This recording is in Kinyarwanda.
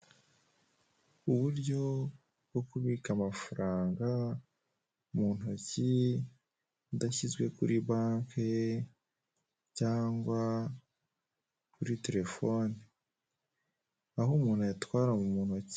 Uburyo bwo kubika amafaranga mu ntoki adashyizwe kuri banki cyangwa kuri telefoni. Aho umuntu ayatwara mu ntoki.